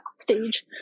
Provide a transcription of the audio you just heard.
stage